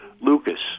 lucas